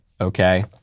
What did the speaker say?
Okay